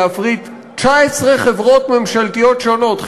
להפריט 19 חברות ממשלתיות שונות,